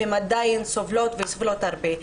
והן עדיין סובלות וסובלות הרבה.